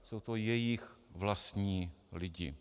Jsou to jejich vlastní lidi.